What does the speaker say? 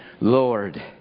Lord